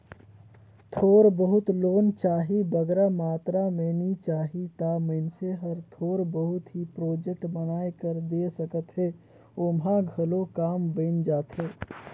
थोर बहुत लोन चाही बगरा मातरा में नी चाही ता मइनसे हर थोर बहुत ही प्रोजेक्ट बनाए कर दे सकत हे ओम्हां घलो काम बइन जाथे